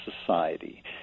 society